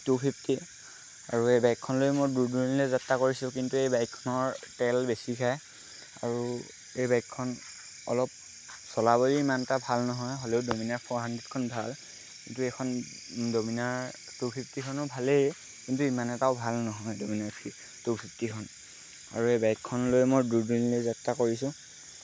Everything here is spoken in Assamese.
টু ফিফটি আৰু এই বাইকখন লৈ মই দূৰ দূৰণিলৈ যাত্ৰা কৰিছোঁ কিন্তু এই বাইকখনৰ তেল বেছি খায় আৰু এই বাইকখন অলপ চলাবলৈয়ো ইমান এটা ভাল নহয় হ'লেও ডমিনাৰ ফ'ৰ হাণ্ড্ৰেডখন ভাল কিন্তু এইখন ডমিনাৰ টু ফিফটিখনো ভালেই কিন্তু ইমান এটাও ভাল নহয় ডমিনাৰ টু ফিফটিখন আৰু এই বাইকখন লৈ মই দূৰ দূৰণিলৈ যাত্ৰা কৰিছোঁ